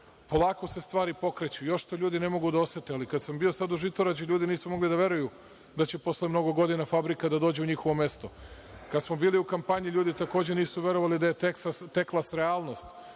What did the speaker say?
Polako se stvari pokreću, još ljudi ne mogu da osete, ali kada sam bio sada u Žitorađu ljudi nisu mogli da veruju da će posle mnogo godina fabrika da dođe u njihovo mesto. Kada smo bili u kampanji, ljudi takođe nisu mogli da veruju da je „Teklas“ realnost,